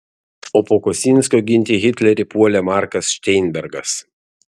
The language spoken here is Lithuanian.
o po kosinskio ginti hitlerį puolė markas šteinbergas